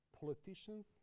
politicians